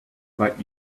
but